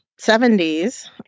70s